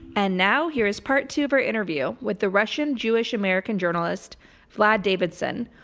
and now here is part two of our interview with the russian-jewish-american journalist vlad davidson,